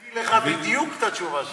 אני אקריא לך בדיוק את התשובה שלו.